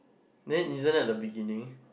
then isn't it the beginning